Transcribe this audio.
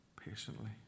patiently